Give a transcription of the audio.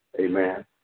amen